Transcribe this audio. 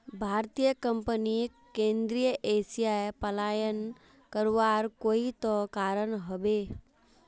भारतीय कंपनीक केंद्रीय एशिया पलायन करवार कोई त कारण ह बे